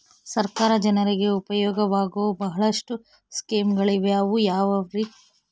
ಸರ್ಕಾರ ಜನರಿಗೆ ಉಪಯೋಗವಾಗೋ ಬಹಳಷ್ಟು ಸ್ಕೇಮುಗಳಿವೆ ಅವು ಯಾವ್ಯಾವ್ರಿ?